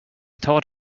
thought